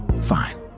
Fine